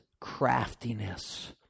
craftiness